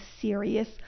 serious